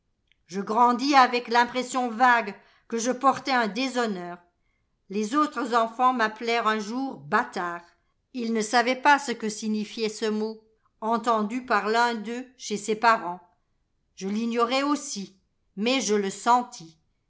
je grandis avec l'impression vague que je portais un déshonneur les autres enfants m'appelèrent un jour bâtard ils ne savaient pas ce que signifiait ce mot entendu par l'un d'eux chez ses parents je l'ignorais aussi mais je le sentis